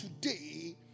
today